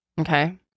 Okay